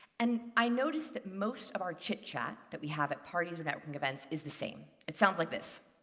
and i noticed that most of our chit-chat that we have at parties or networking events is the same. it sounds like this.